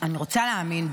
אני רוצה להאמין,